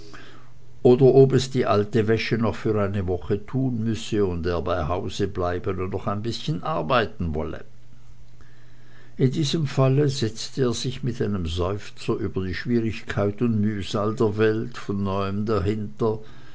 oder ob es die alte wäsche noch für eine woche tun müsse und er bei hause bleiben und noch ein bißchen arbeiten wolle in diesem falle setzte er sich mit einem seufzer über die schwierigkeit und mühsal der welt von neuem dahinter